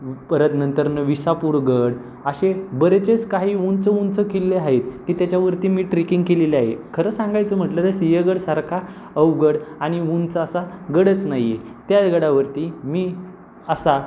परत नंतर न विसापूरगड असे बरेचेच काही उंच उंच किल्ले आहेत की त्याच्यावरती मी ट्रेकिंग केलेली आहे खरं सांगायचं म्हटलं तर सिंहगडसारखा अवघड आणि उंच असा गडच नाही आहे त्याही गडावरती मी असा